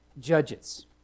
Judges